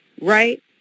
right